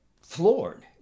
floored